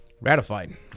ratified